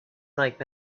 like